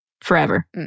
forever